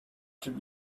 should